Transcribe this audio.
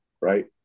right